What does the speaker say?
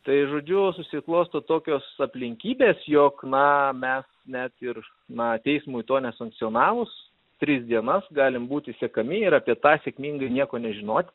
tai žodžiu susiklosto tokios aplinkybės jog na mes net ir na teismui to nesankcionavus tris dienas galim būti sekami ir apie tą sėkmingai nieko nežinoti